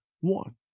One